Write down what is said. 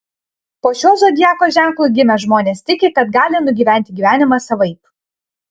po šiuo zodiako ženklu gimę žmonės tiki kad gali nugyventi gyvenimą savaip